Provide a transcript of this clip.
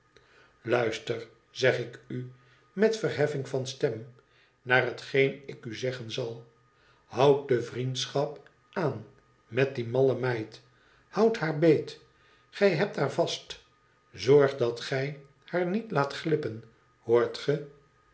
luister zeg ik u met verheffing van stem naar hetgeen ik u zeggen zal houd de vriendschap aan met die malle meid houd haar beet gij hebt haar vast zorg dat gij haar niet laat glippen hoort ge